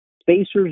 Spacers